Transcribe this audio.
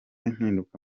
impinduka